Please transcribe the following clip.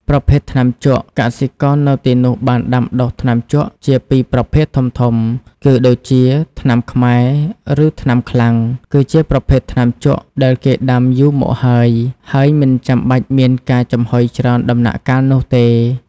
ប្រភេទថ្នាំជក់ កសិករនៅទីនោះបានដាំដុះថ្នាំជក់ជាពីរប្រភេទធំៗគឺ ដូចជា ថ្នាំខ្មែរ ឬថ្នាំខ្លាំង គឺជាប្រភេទថ្នាំជក់ដែលគេដាំដុះយូរមកហើយ ហើយមិនចាំបាច់មានការចំហុយច្រើនដំណាក់កាលនោះទេ។